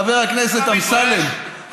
חבר הכנסת אמסלם,